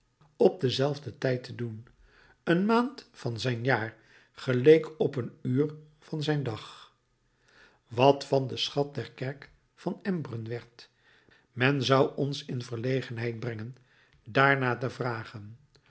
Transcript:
op denzelfden tijd te doen een maand van zijn jaar geleek op een uur van zijn dag wat van den schat der kerk van embrun werd men zou ons in verlegenheid brengen daarnaar te vragen